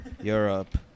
Europe